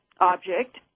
object